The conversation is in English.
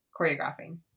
choreographing